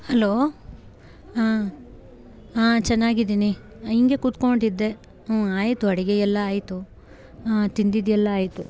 hello ಹಾಂ ಹಾಂ ಚೆನ್ನಾಗಿದ್ದೀನಿ ಹಿಂಗೆ ಕೂತ್ಕೋಂಡಿದ್ದೆ ಹ್ಞೂ ಆಯ್ತು ಅಡುಗೆಯೆಲ್ಲ ಆಯ್ತು ಹಾಂ ತಿಂದಿದ್ಯಲ್ಲ ಆಯ್ತು